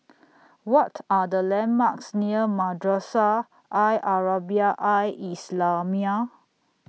What Are The landmarks near Madrasah Al Arabiah Al Islamiah